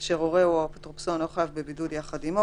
אשר הורהו או אפוטרופסו אינו חייב בבידוד יחד עמו,